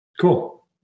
Cool